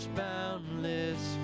boundless